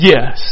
Yes